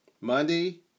Monday